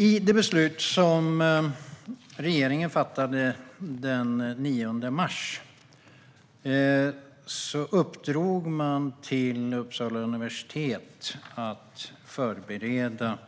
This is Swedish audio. I det beslut som regeringen fattade den 9 mars uppdrog man till Uppsala universitet att förbereda